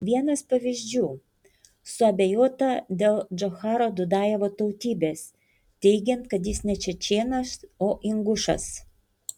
vienas pavyzdžių suabejota dėl džocharo dudajevo tautybės teigiant kad jis ne čečėnas o ingušas